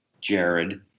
Jared